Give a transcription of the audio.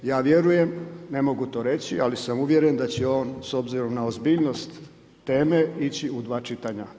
Ja vjerujem ne mogu to reći, ali sam uvjeren da će on s obzirom na ozbiljnost teme ići u dva čitanja.